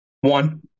One